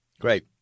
Great